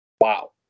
Wow